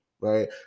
right